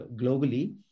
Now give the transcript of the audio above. globally